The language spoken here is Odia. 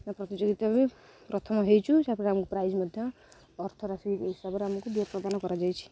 ନା ପ୍ରତିଯୋଗୀତା ବି ପ୍ରଥମ ହେଇଛୁ ତା'ପରେ ଆମକୁ ପ୍ରାଇଜ୍ ମଧ୍ୟ ଅର୍ଥ ରାଶି ହିସାବରେ ଆମକୁ ବି ପ୍ରଦାନ କରାଯାଇଛି